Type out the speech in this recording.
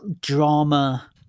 drama